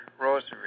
rosary